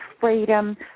freedom